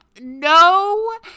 no